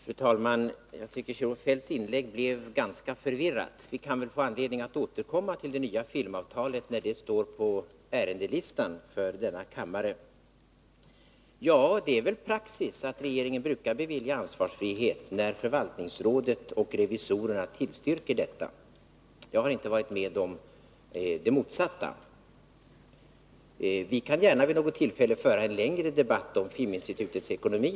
Fru talman! Kjell-Olof Feldts inlägg blev ganska förvirrat. Vi kan väl återkomma till det nya filmavtalet när det står på ärendelistan för denna kammare. Det är praxis att regeringen beviljar ansvarsfrihet när förvaltningsrådet och revisorerna tillstyrker detta. Jag har inte varit med om det motsatta. Vi kan gärna vid något tillfälle föra en längre debatt om filminstitutets ekonomi.